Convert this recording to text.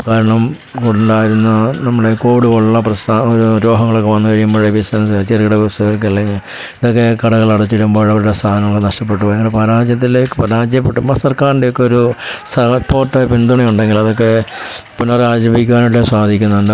കാരണം ഉണ്ടായിരുന്ന നമ്മുടെ കോവിഡ് പോലെയുള്ള പ്രസ്താ ഒരു രോഗങ്ങളൊക്കെ വന്നു കഴിയുമ്പോഴേ ബിസിനസ്സ് ചെറുകിട വ്യവസായികൾ അതൊക്കെ കടകൾ അടച്ചിടുമ്പോൾ അവരുടെ സാധനങ്ങൾ നഷ്ടപ്പെട്ടു പോയി അതൊക്കെ പരാജയത്തിൽ പരാജയപ്പെടുമ്പോൾ സർക്കാറിൻ്റെ ഒക്കെയൊരു സപ്പോർട്ടോ പിന്തുണയോ ഉണ്ടെങ്കിൽ അതൊക്കെ പുനരാർജവിക്കുവാനായിട്ട് സാധിക്കുന്നുണ്ട് അപ്പോൾ